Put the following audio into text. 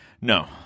No